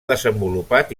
desenvolupat